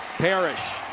parrish.